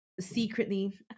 secretly